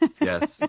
Yes